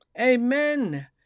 amen